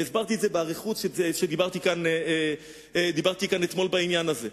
והסברתי את זה באריכות כשדיברתי כאן אתמול בעניין הזה.